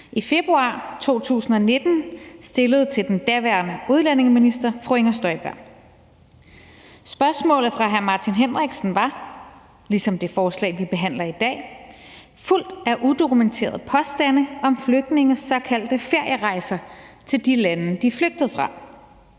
i februar 2019 til den daværende udlændingeminister, fru Inger Støjberg. Spørgsmålet fra hr. Martin Henriksen var – ligesom det forslag, vi behandler i dag – fuldt af udokumenterede påstande om flygtninges såkaldte ferierejser til de lande, de flygtede fra.